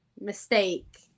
mistake